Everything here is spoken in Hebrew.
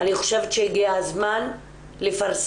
אני חושבת שהגיע הזמן לפרסם